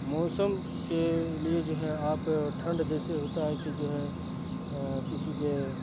موسم کے لیے جو ہے آپ ٹھنڈ جیسے ہوتا ہے کہ جو ہے کسی کے